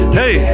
hey